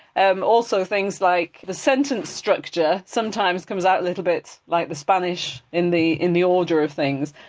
and also things like the sentence structure sometimes comes out a little bit like the spanish in the in the order of things,